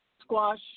squash